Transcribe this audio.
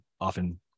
often